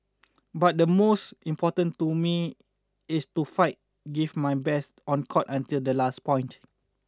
but the most important to me it's to fight give my best on court until the last point